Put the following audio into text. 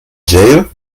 jail